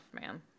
man